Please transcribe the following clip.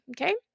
okay